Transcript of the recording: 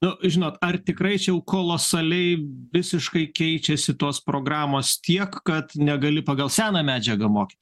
nu žinot ar tikrai čia jau kolosaliai visiškai keičiasi tos programos tiek kad negali pagal seną medžiagą mokyt